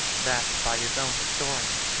that, by his own historian,